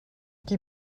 qui